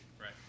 Right